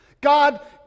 God